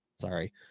Sorry